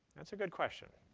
that's a good question.